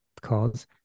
calls